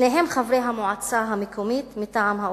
שניהם חברי המועצה המקומית מטעם האופוזיציה,